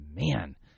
Man